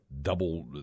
double